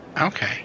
Okay